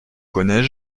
connais